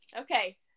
Okay